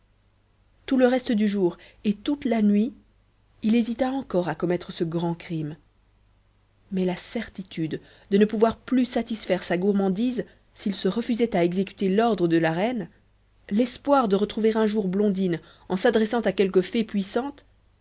tout le reste du jour et toute la nuit il hésita encore à commettre ce grand crime mais la certitude de ne pouvoir plus satisfaire sa gourmandise s'il se refusait à exécuter l'ordre de la reine l'espoir de retrouver un jour blondine en s'adressant à quelque fée puissante